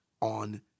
on